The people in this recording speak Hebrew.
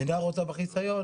היא גם רוצה בחיסיון,